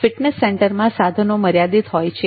fitness સેન્ટરમાં સાધનો મર્યાદિત હોય છે